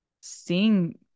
seeing